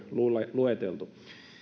lueteltu